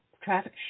traffic